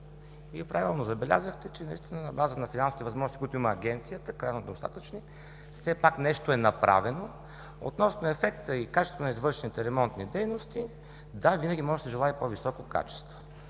правилно забелязахте, че наистина на база на финансовите възможности, които има Агенцията – крайно недостатъчни, все пак нещо е направено. Относно ефекта и качеството на извършените ремонтни дейности. Да, винаги може да се желае по-високо качество.